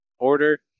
order